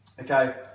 okay